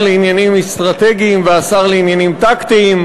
לעניינים אסטרטגיים והשר לעניינים טקטיים,